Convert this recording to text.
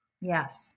Yes